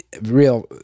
real